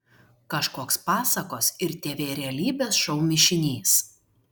kažkoks pasakos ir tv realybės šou mišinys